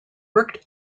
worked